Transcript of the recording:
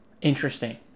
Interesting